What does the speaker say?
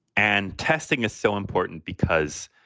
and testing is so important because,